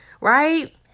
right